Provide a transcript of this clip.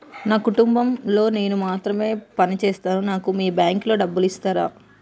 నా కుటుంబం లో నేను మాత్రమే పని చేస్తాను నాకు మీ బ్యాంకు లో డబ్బులు ఇస్తరా?